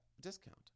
discount